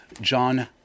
John